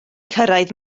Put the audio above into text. cyrraedd